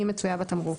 אם מצויה בתמרוק,